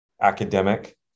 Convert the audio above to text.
academic